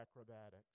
acrobatics